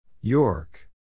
York